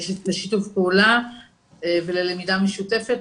לשיתוף פעולה וללמידה משותפת.